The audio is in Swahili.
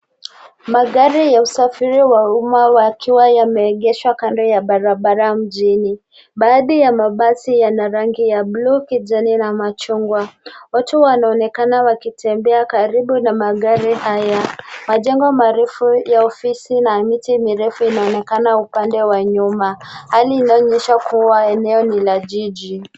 Magari ya usafiri wa umma yakiwa yameegeshwa kando ya barabara mjini. Baadhi ya mabasi yana rangi ya bluu, kijani na machungwa. Watu wanaonekana wakitembea karibu na magari haya. Majengo marefu ya ofisi na miti mirefu inaonekana upande wa nyuma hali inayoonyesha kuwa eneo ni la jiji.